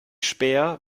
späher